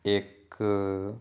ਇੱਕ